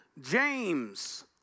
James